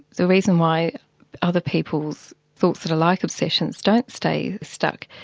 the reason why other people's thoughts that are like obsessions don't stay stuck,